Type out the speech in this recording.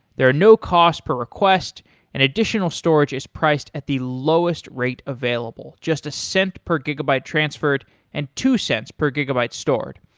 there are no cost per request and additional storage is priced at the lowest rate available. just a cent per gigabyte transferred and two cents per gigabyte stored.